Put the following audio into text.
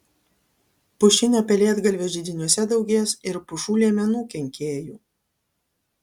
pušinio pelėdgalvio židiniuose daugės ir pušų liemenų kenkėjų